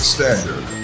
Standard